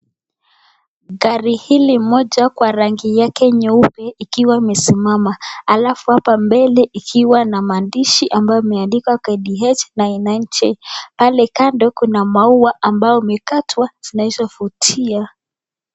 Gari hili moja kwa rangi yake nyeupe ikiwa imesimama alafu hapa mbele ikiwa na maandishi ambayo imeandikwa KDH nine nine J pale kando kuna maua ambayo imekatwa zinazovutia.